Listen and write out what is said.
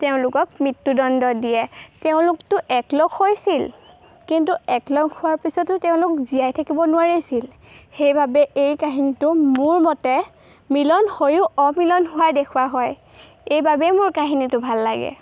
তেওঁলোকক মৃত্যুদণ্ড দিয়ে তেওঁলোকটো একলগ হৈছিল কিন্তু একলগ হোৱাৰ পিছতো তেওঁলোক জীয়াই থাকিব নোৱাৰিছিল সেইবাবে এই কাহিনীটো মোৰ মতে মিলন হৈয়ো অমিলন হোৱা দেখুওৱা হয় এইবাবেই মোৰ কাহিনীটো ভাল লাগে